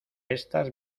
estas